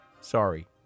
sorry